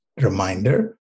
reminder